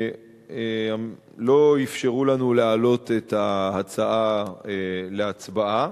לא אפשרו לנו להעלות את ההצעה להצבעה.